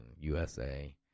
USA